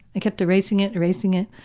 i kept erasing it, erasing it,